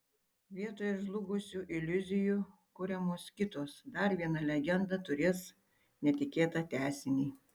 vietoj žlugusių iliuzijų kuriamos kitos dar viena legenda turės netikėtą tęsinį